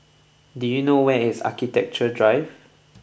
do you know where is Architecture Drive